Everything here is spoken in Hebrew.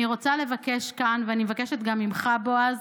אני רוצה לבקש כאן, ואני מבקשת גם ממך, בועז,